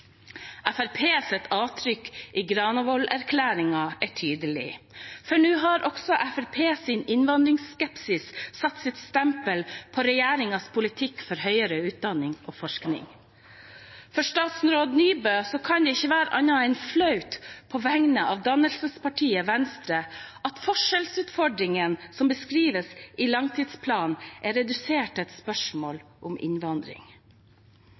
i Granavolden-erklæringen er tydelig, for nå har også Fremskrittspartiets innvandringsskepsis satt sitt stempel på regjeringens politikk for høyere utdanning og forskning. For statsråd Nybø kan det ikke være noe annet enn flaut på vegne av dannelsespartiet Venstre at forskjellsutfordringene som beskrives i langtidsplanen, er redusert til et spørsmål om innvandring.